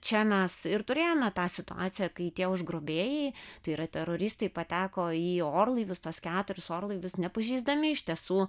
čia mes ir turėjome tą situaciją kai tie užgrobėjai tai yra teroristai pateko į orlaivius tuos keturis orlaivius nepažeisdami iš tiesų